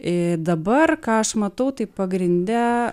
ir dabar ką aš matau tai pagrinde